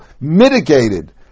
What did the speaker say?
mitigated